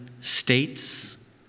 states